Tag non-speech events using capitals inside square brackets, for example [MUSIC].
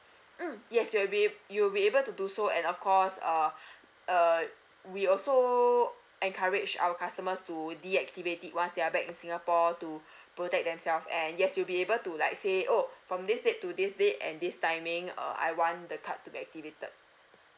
mm yes you'll be you'll be able to do so and of course err err we also encourage our customers to deactivate it once they're back in singapore to [BREATH] protect themselves and yes you'll be able to like say oh from this date to this date at this timing uh I want the card to be activated